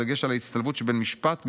בדגש על ההצטלבות שבין משפט,